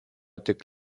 tik